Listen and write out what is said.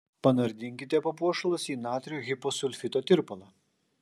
panardinkite papuošalus į natrio hiposulfito tirpalą